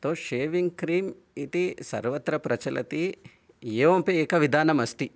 तो shaving cream इति सर्वत्र प्रचलति एवमपि एकविधानम् अस्ति